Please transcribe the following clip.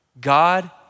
God